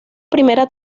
primera